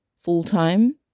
full-time